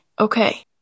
okay